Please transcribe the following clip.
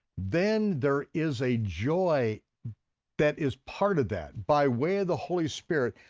then there is a joy that is part of that, by way of the holy spirit,